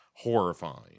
horrifying